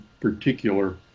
particular